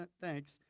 thanks